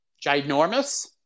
ginormous